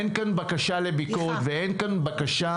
אין כאן בקשה לביקורת ואין כאן בקשה